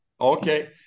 Okay